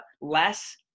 less